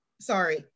sorry